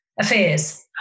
affairs